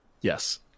Yes